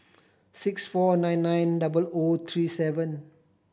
six four nine nine double O three seven